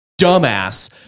dumbass